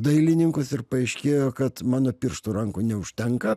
dailininkus ir paaiškėjo kad mano pirštų rankų neužtenka